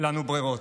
לנו ברירות.